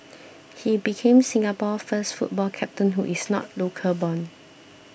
he became Singapore's first football captain who is not local born